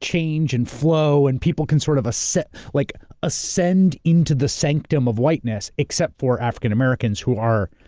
change and flow and people can sort of ah like ascend into the sanctum of whiteness except for african americans who are.